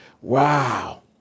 Wow